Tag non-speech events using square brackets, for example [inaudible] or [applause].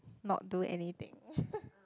not do anything [laughs]